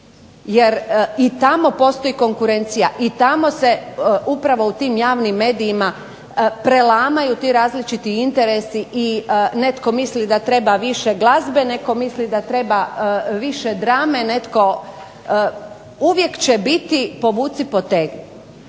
jer i tamo postoji konkurencija, i tamo se, upravo u tim javnim medijima prelamaju ti različiti interesi i netko misli da treba više glazbe, netko misli da treba više drame, netko, uvijek će biti povuci potegni,